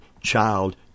child